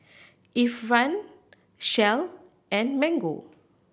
Ifan Shell and Mango